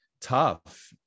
tough